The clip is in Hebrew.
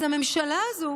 אז הממשלה הזאת